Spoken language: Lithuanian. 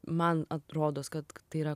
man atrodo kad tai yra